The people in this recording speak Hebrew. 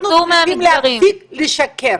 אנחנו צריכים להפסיק לשקר.